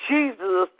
Jesus